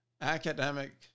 academic